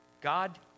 God